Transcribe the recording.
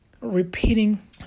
repeating